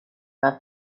not